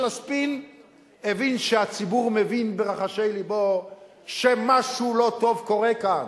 הספין הבין שהציבור מבין ברחשי לבו שמשהו לא טוב קורה כאן,